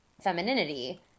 femininity